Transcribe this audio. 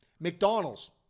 McDonald's